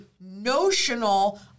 notional